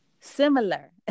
Similar